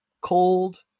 cold